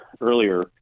earlier